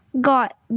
Got